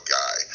guy